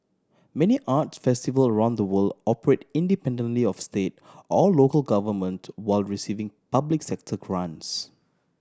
many arts festival around the world operate independently of state or local government while receiving public sector grants